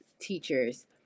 teachers